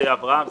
שדה אברהם ...